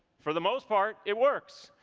for the most part it works.